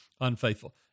unfaithful